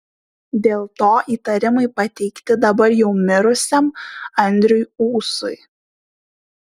dėl to įtarimai pateikti dabar jau mirusiam andriui ūsui